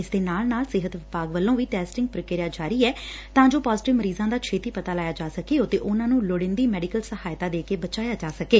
ਇਸ ਦੇ ਨਾਲ ਨਾਲ ਸਿਹਤ ਵਿਭਾਗ ਵੱਲੋ ਵੀ ਟੈਸਟਿੰਗ ਪ੍ਰਕਿਰਿਆ ਜਾਰੀ ਐ ਤਾ ਜੋ ਪਾਜੇਟਿਵ ਮਰੀਜਾਂ ਦਾ ਛੇਤੀ ਪਤਾ ਲਾਇਆ ਜਾ ਸਕੇ ਅਤੇ ਉਨੂਾਂ ਨੂਮ ਲੋੜੀਂਦੀ ਮੈਡੀਕਲ ਸਹਾਇਤਾ ਦੇ ਕੇ ਬਚਾਇਆ ਜਾ ਸਕੇ